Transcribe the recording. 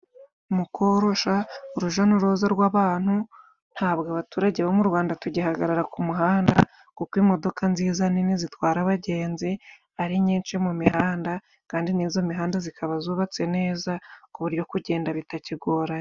Mukorosha urujya n'uruza rw'abantu, ntabwo abaturage bo mu Rwanda tugihagarara ku muhanda, kuko imodoka nziza nini zitwara abagenzi ari nyinshi mu mihanda, kandi n'iyo mihanda ikaba yubatse neza, ku buryo kugenda bitakigoranye.